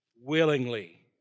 Willingly